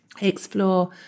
explore